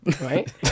right